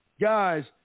Guys